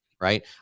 right